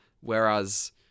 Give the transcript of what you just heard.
Whereas